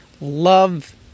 love